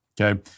Okay